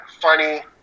funny